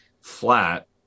flat